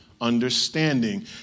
understanding